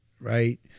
Right